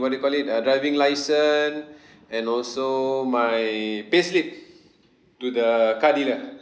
what you call it uh driving licence and also my payslip to the car dealer